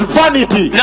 vanity